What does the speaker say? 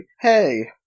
Hey